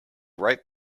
right